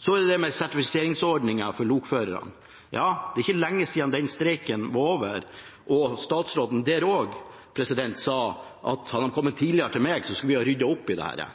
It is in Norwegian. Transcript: Så til dette med sertifiseringsordningen for lokførerne: Ja, det er ikke lenge siden den streiken var over. Også da sa statsråden at hadde man kommet tidligere til ham, skulle de ha ryddet opp i det.